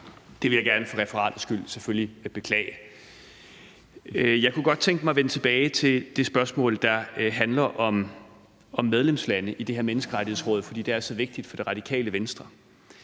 Det vil jeg for referatets skyld selvfølgelig gerne beklage. Jeg kunne godt tænke mig at vende tilbage til det spørgsmål, der handler om medlemslandene i det her menneskerettighedsråd, fordi det er så vigtigt for Radikale Venstre.